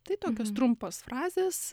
tai tokios trumpos frazės